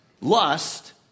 Lust